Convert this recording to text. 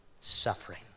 suffering